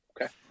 Okay